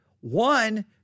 one